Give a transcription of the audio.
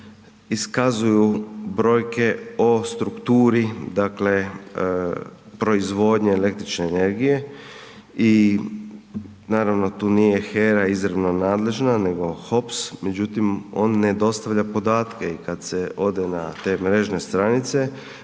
iskazuju brojke o strukturi proizvodnje električne energije i naravno tu nije HERA izravno nadležna nego HOPS međutim on ne dostavlja podatke. I kada se ode na te mrežne stranice